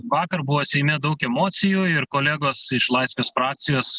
vakar buvo seime daug emocijų ir kolegos iš laisvės frakcijos